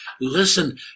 Listen